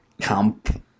camp